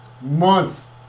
months